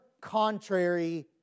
contrary